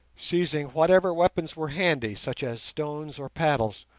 seizing whatever weapons were handy, such as stones or paddles,